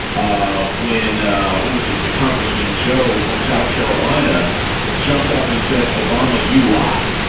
ah when ah was the the congressman joe from south carolina jumped up and said, obama, you lie?